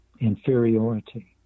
inferiority